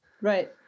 Right